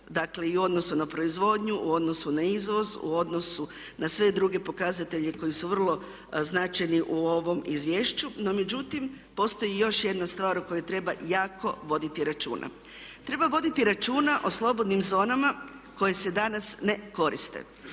dakle i u odnosu na proizvodnju, u odnosu na izvoz, u odnosu na sve druge pokazatelje koji su vrlo značajni u ovom izvješću. No međutim, postoji još jedna stvar o kojoj treba jako voditi računa. Treba voditi računa o slobodnim zonama koje se danas ne koriste.